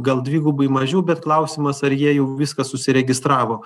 gal dvigubai mažiau bet klausimas ar jie jau viską susiregistravo